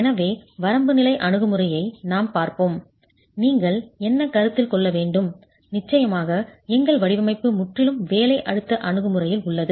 எனவே வரம்பு நிலை அணுகுமுறையை நாம் பார்ப்போம் நீங்கள் என்ன கருத்தில் கொள்ள வேண்டும் நிச்சயமாக எங்கள் வடிவமைப்பு முற்றிலும் வேலை அழுத்த அணுகுமுறையில் உள்ளது